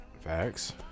Facts